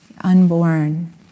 unborn